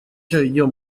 cy’uyu